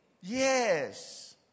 Yes